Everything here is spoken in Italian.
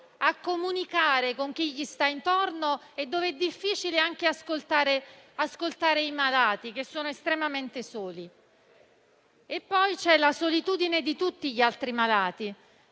a comunicare con chi gli sta intorno e dove è difficile anche ascoltare i malati, che sono estremamente soli. Poi c'è la solitudine di tutti gli altri malati,